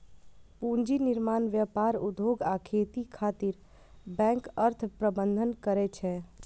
पूंजी निर्माण, व्यापार, उद्योग आ खेती खातिर बैंक अर्थ प्रबंधन करै छै